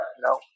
No